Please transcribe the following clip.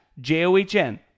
J-O-H-N